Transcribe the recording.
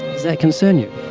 that concern you?